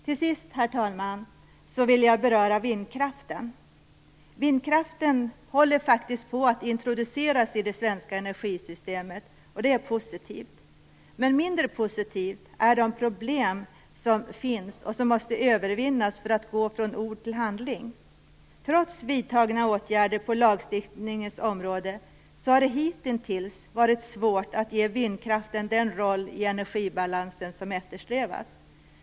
Till sist, herr talman, vill jag beröra vindkraften. Vindkraften håller faktiskt på att introduceras i det svenska energisystemet. Det är positivt. Mindre positivt är de problem som finns och som måste övervinnas för att vi skall kunna gå från ord till handling. Trots vidtagna åtgärder på lagstiftningens område har det hitintills varit svårt att ge vindkraften den roll i energibalansen som eftersträvas.